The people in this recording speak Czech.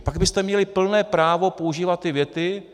Pak byste měli plné právo používat ty věty.